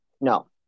No